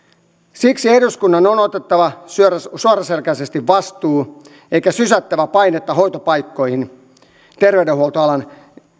siksi eduskunnan on otettava suoraselkäisesti vastuu eikä sysättävä painetta hoitopaikkoihin terveydenhuoltoalan